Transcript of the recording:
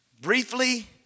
briefly